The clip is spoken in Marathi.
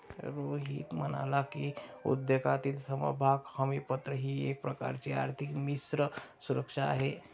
रोहित म्हणाला की, उद्योगातील समभाग हमीपत्र ही एक प्रकारची आर्थिक मिश्र सुरक्षा आहे